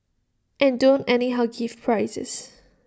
and don't anyhow give prizes